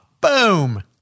Boom